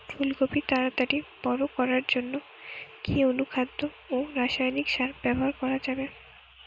ফুল কপি তাড়াতাড়ি বড় করার জন্য কি অনুখাদ্য ও রাসায়নিক সার ব্যবহার করা যাবে?